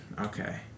Okay